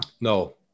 No